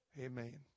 Amen